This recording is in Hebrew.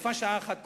ויפה שעה אחת קודם.